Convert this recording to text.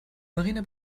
marina